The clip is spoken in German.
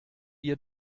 ihr